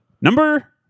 Number